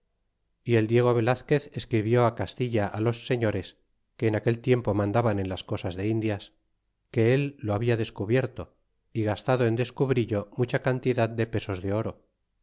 y el diego velazquez escribió castilla los señores que en aquel tiempo mandaban en las cosas de indias que él lo habia descubierto y gastado en descubrillo mucha cantidad de pesos de oro